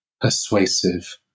persuasive